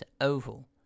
oval